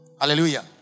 Hallelujah